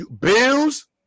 Bills